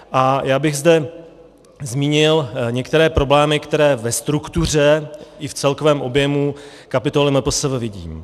A já bych zde zmínil některé problémy, které ve struktuře i v celkovém objemu kapitoly MPSV vidím.